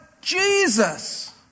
Jesus